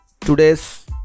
today's